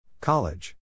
College